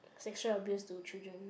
sexual abuse to children